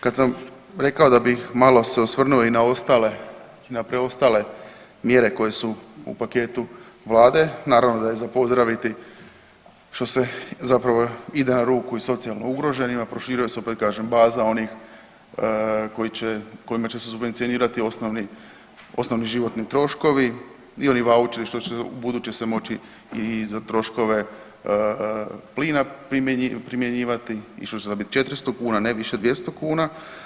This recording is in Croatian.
Kad sam rekao da bih malo se osvrnuo i na preostale mjere koje su u paketu Vlade, naravno da je za pozdraviti što se zapravo ide na ruku i socijalno ugroženima, proširuje se opet kažem baza onih kojima će se subvencionirati osnovni životni troškovi i oni vaučeri što će u buduće se moći i za troškove plina primjenjivati i što će sad biti 400 kuna, ne više 200 kuna.